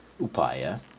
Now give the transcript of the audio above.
upaya